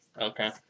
Okay